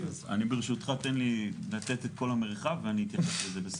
ברשותך, תן לי לתת את כל המרחב ואני אתייחס לזה.